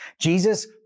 Jesus